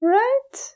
right